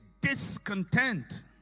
discontent